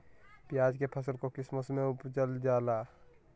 प्याज के फसल को किस मौसम में उपजल जाला?